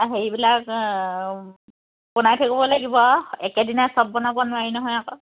হেৰিবিলাক বনাই থাকিব লাগিব আৰু একেদিনাই চব বনাব নোৱাৰি নহয় আকৌ